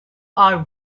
are